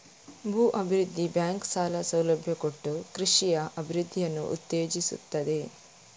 ಭೂ ಅಭಿವೃದ್ಧಿ ಬ್ಯಾಂಕು ಸಾಲ ಸೌಲಭ್ಯ ಕೊಟ್ಟು ಕೃಷಿಯ ಅಭಿವೃದ್ಧಿಯನ್ನ ಉತ್ತೇಜಿಸ್ತದೆ